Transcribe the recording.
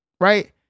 Right